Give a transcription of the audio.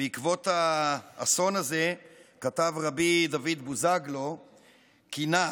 בעקבות האסון הזה כתב רבי דוד בוזגלו קינה.